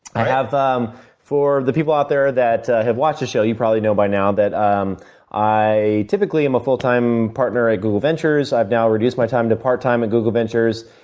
i have um for the people out there that have watched the show, you probably know by now that um i typically am a full time partner at google ventures. i've now reduced my time to part time at google ventures,